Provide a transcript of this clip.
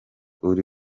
uri